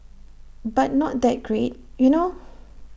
but not that great you know